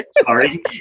Sorry